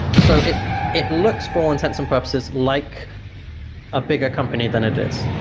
so it it looks for all intents and purposes like a bigger company than it is.